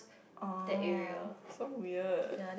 orh so weird